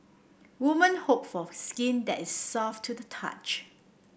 woman hope for skin that is soft to the touch